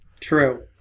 true